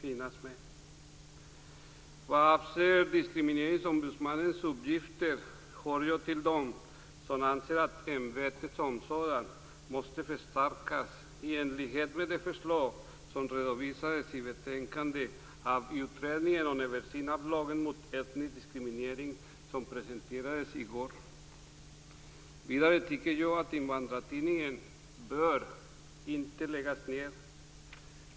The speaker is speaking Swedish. Vad avser diskrimineringsombudsmannens uppgifter, hör jag till dem som anser att ämbetet som sådant måste förstärkas i enlighet med de förslag som redovisades i betänkandet avseende utredningen av översynen av lagen mot etnisk diskriminering som presenterades i går. Vidare tycker jag att Invandrartidningen inte bör läggas ned.